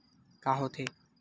का होथे?